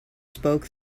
spoke